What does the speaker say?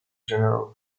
general